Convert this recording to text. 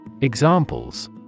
Examples